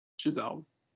Giselle's